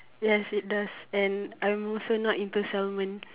yes it does and I'm also not into salmon